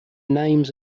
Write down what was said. names